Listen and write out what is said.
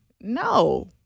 no